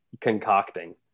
concocting